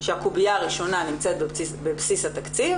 שהקובייה הראשונה נמצאת בבסיס התקציב